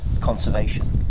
conservation